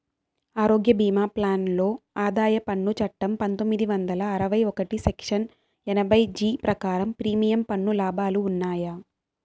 ఆరోగ్య భీమా ప్లాన్ లో ఆదాయ పన్ను చట్టం పందొమ్మిది వందల అరవై ఒకటి సెక్షన్ ఎనభై జీ ప్రకారం ప్రీమియం పన్ను లాభాలు ఉన్నాయా?